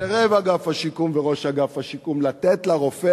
סירב אגף השיקום וראש אגף השיקום לתת לרופא